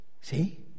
See